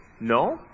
no